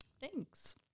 Thanks